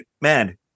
man